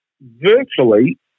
virtually